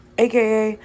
aka